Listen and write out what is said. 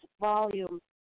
volume